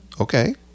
Okay